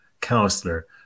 Counselor